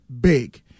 big